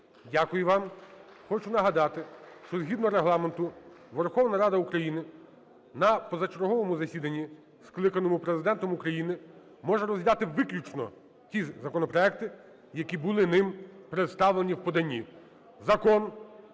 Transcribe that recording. Дякую вам. Хочу нагадати, що, згідно Регламенту, Верховна Рада України на позачерговому засіданні, скликаному Президентом України, може розглядати виключно ті законопроекти, які були ним представлені в поданні. Закон,